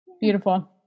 Beautiful